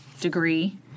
degree